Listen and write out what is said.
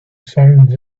sounds